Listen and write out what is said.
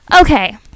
okay